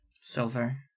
Silver